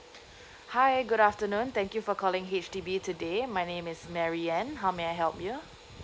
hi good afternoon thank you for calling H_D_B today my name is mary ann how may I help you